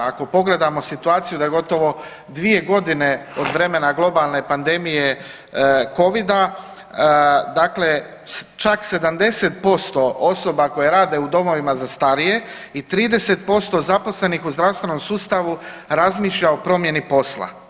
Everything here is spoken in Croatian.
Ako pogledamo situaciju da gotovo 2 godine od vremena globalne pandemije Covida, dakle čak 70% osoba koje rade u domovima za starije i 30% zaposlenih u zdravstvenom sustavu razmišlja o promjeni posla.